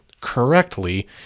correctly